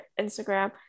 Instagram